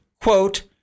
Quote